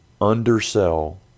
undersell